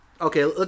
Okay